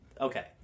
okay